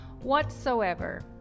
Whatsoever